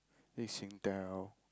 this Singtel